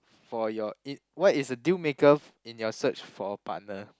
for your in~ what is a deal maker f~ in your search for a partner